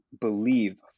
believe